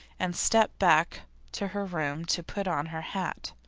and stepped back to her room to put on her hat.